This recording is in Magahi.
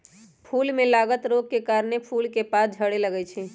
फूल में लागल रोग के कारणे फूल के पात झरे लगैए छइ